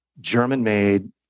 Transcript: German-made